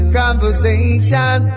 conversation